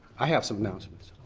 i have some announcements.